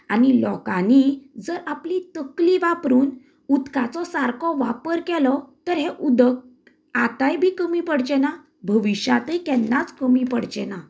आनी लोकांनी जर आपली तकली वापरून उदकांचो सारको वापर केलो तर हे उदक आतांय बी कमी पडचे ना भविश्यांतय केन्नाच कमी पडचे ना